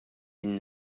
inn